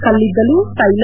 ಕಲ್ಲಿದ್ದಲು ತೈಲ